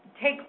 take